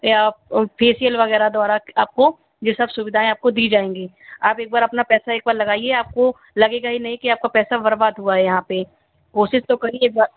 या फेसियल वगैरह द्वारा आपको सुविधाएँ आपको दी जाएगी आप एक बार पैसा आपना लगाईए आपको ये नहीं कि आपका पैसा बर्बाद हुआ है यहाँ पर कोशिश तो करिएगा